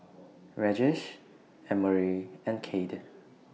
Regis Emory and Cade